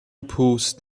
پوست